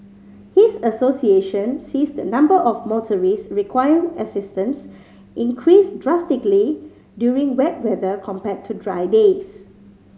his association sees the number of motorists requiring assistance increase drastically during wet weather compared to dry days